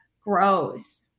grows